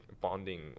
bonding